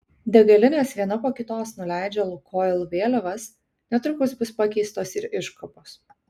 degalinės viena po kitos nuleidžia lukoil vėliavas netrukus bus pakeistos ir iškabos